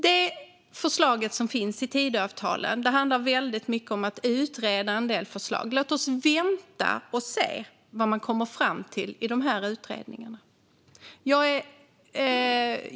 Det som föreslås i Tidöavtalet handlar till stor del om att utreda en del förslag. Låt oss vänta och se vad man kommer fram till i de utredningarna.